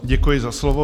Děkuji za slovo.